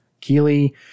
Keely